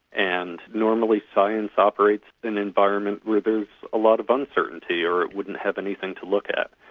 and normally science operates in environments where there's a lot of uncertainty, or wouldn't have anything to look at.